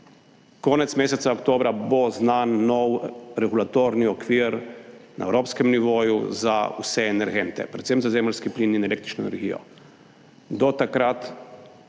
Konec meseca oktobra bo znan nov regulatorni okvir na evropskem nivoju za vse energente, predvsem za zemeljski plin in električno energijo.